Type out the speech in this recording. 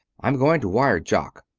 i'm going to wire jock.